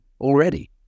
already